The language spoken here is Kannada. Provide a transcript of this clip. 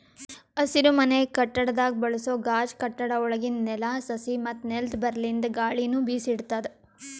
ಹಸಿರುಮನೆ ಕಟ್ಟಡದಾಗ್ ಬಳಸೋ ಗಾಜ್ ಕಟ್ಟಡ ಒಳಗಿಂದ್ ನೆಲ, ಸಸಿ ಮತ್ತ್ ನೆಲ್ದ ಬಲ್ಲಿಂದ್ ಗಾಳಿನು ಬಿಸಿ ಇಡ್ತದ್